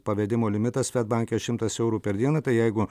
pavedimo limitas svedbanke šimtas eurų per dieną tai jeigu